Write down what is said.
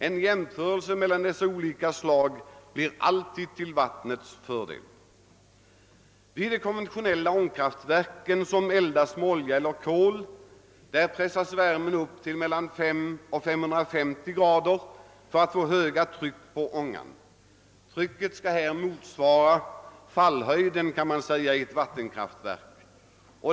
En jämförelse mellan dessa olika slag blir alltid till vattnets fördel. Vid de konventionella ångkraftverk som eldas med olja eller kol pressas värmen upp till mellan 500 och 550 grader för att få höga tryck på ångan. Trycket skall här motsvara fallhöjden, kan man säga, i ett vattenkraftverk.